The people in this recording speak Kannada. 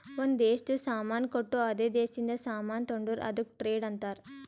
ಒಂದ್ ದೇಶದು ಸಾಮಾನ್ ಕೊಟ್ಟು ಅದೇ ದೇಶದಿಂದ ಸಾಮಾನ್ ತೊಂಡುರ್ ಅದುಕ್ಕ ಟ್ರೇಡ್ ಅಂತಾರ್